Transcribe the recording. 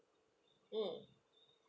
mm